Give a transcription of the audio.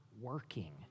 working